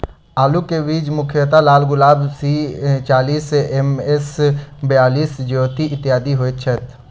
आलु केँ बीज मुख्यतः लालगुलाब, सी चालीस, एम.एस बयालिस, ज्योति, इत्यादि होए छैथ?